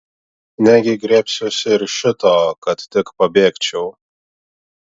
negi griebsiuosi ir šito kad tik pabėgčiau